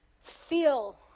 feel